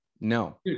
No